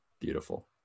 Beautiful